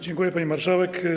Dziękuję, pani marszałek.